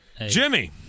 Jimmy